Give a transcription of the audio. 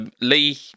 Lee